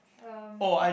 um